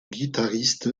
guitariste